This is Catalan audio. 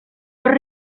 per